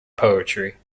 poetry